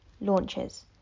Launches